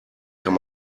kann